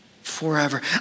Forever